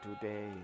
today